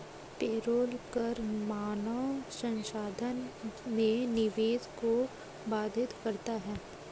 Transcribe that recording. payroll कर मानव संसाधन में निवेश को बाधित करता है